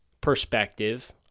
perspective